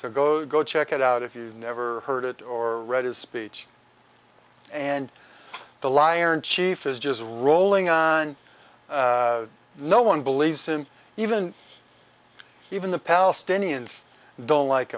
so go go check it out if you never heard it or read his speech and the liar in chief is just rolling on no one believes him even even the palestinians don't like